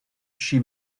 she